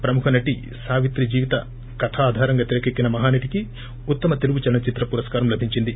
ప్రముఖ నటి సావిత్రి జీవిత కథ ఆధారంగా తెరకెక్కిన మహానటికి ఉత్తమ తెలుగు చలనచిత్ర పురస్కారం లభించింది